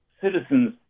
citizens